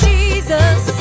Jesus